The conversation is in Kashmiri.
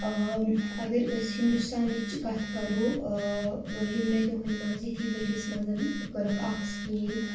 اگر أسۍ ہِندوستانٕچ کَتھ کَرو یِمنٕے دۄہَن منٛز یِتھی ؤریَس منٛز کٔرٕکھ اَکھ سِکیٖم